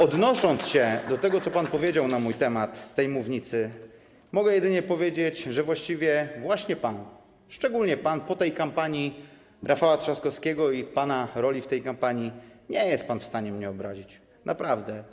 Odnosząc się do tego, co pan powiedział na mój temat z tej mównicy, mogę jedynie powiedzieć, że właściwie właśnie pan, szczególnie pan po tej kampanii Rafała Trzaskowskiego i pana roli w tej kampanii nie jest w stanie mnie obrazić, naprawdę.